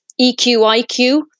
EQIQ